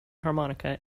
harmonica